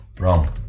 wrong